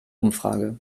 umfrage